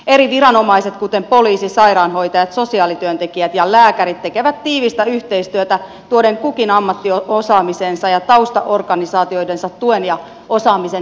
eri viranomaiset kuten poliisi sairaanhoitajat sosiaalityöntekijät ja lääkärit tekevät tiivistä yhteistyötä tuoden kukin ammattiosaamisensa ja taustaorganisaatioidensa tuen ja osaamisen tiimin käyttöön